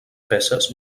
peces